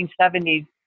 1970s